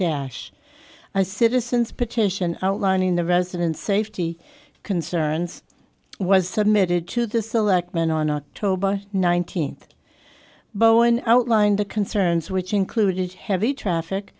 dash a citizen's petition outlining the residents safety concerns was submitted to the selectmen on october nineteenth bowen outlined the concerns which included heavy traffic